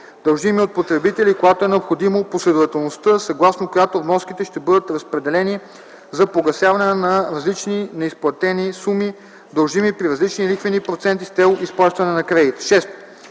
дължими от потребителя, и когато е необходимо, последователността, съгласно която вноските ще бъдат разпределени за погасяване на различни неизплатени суми, дължими при различни лихвени проценти, с цел изплащане на кредита;